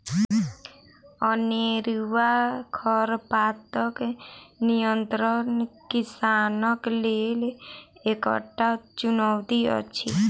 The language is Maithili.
अनेरूआ खरपातक नियंत्रण किसानक लेल एकटा चुनौती अछि